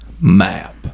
map